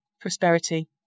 prosperity